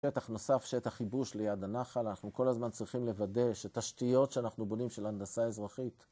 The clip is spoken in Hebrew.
שטח נוסף, שטח ייבוש ליד הנחל, אנחנו כל הזמן צריכים לוודא שתשתיות שאנחנו בונים של הנדסה האזרחית